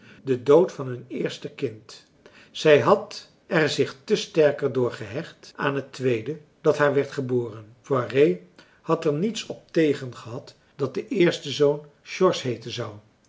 de dood van hun eerste kind zij had er zich te sterker door gehecht aan het tweede dat haar werd geboren poiré had er niets op tegen gehad dat de eerste zoon george heeten zou